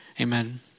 amen